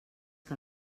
que